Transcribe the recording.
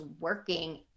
working